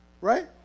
Right